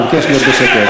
אני מבקש להיות בשקט.